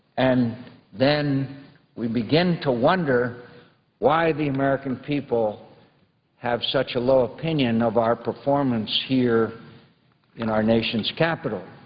and then we begin to wonder why the american people have such a low opinion of our performance here in our nation's capital.